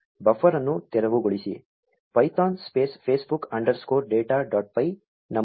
buffer ಅನ್ನು ತೆರವುಗೊಳಿಸಿ Python space Facebook underscore data dot py ನಮೂದಿಸಿ